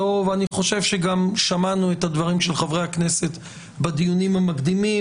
ואני חושב שגם שמענו את הדברים של חברי הכנסת בדיונים המקדימים,